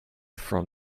from